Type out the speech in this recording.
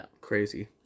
crazy